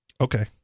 Okay